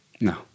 No